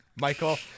Michael